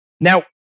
Now